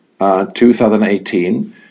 2018